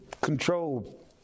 control